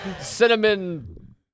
Cinnamon